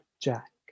Jack